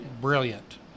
brilliant